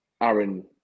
Aaron